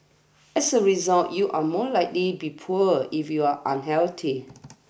as a result you are more likely be poor if you are unhealthy